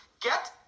Get